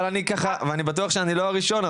אני בטוח שאני לא הראשון,